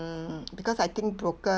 mm because I think broker